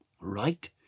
right